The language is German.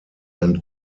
and